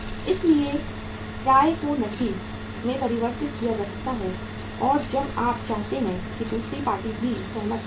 इसलिए प्राप्य को नकदी में परिवर्तित किया जा सकता है और जब हम चाहते हैं कि दूसरी पार्टी भी सहमत हो जाए